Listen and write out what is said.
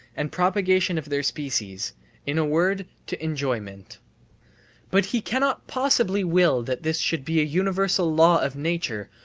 and propagation of their species in a word, to enjoyment but he cannot possibly will that this should be a universal law of nature,